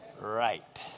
right